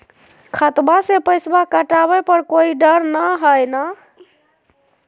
खतबा से पैसबा कटाबे पर कोइ डर नय हय ना?